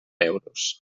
euros